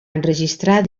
enregistrar